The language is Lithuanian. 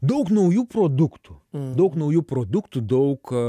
daug naujų produktų daug naujų produktų daug